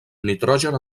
nitrogen